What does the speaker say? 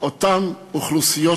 אותן אוכלוסיות